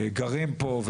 גרים פה,